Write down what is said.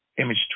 Image